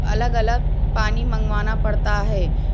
الگ الگ پانی منگوانا پڑتا ہے